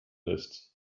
lässt